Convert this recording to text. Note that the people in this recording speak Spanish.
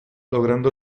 logrando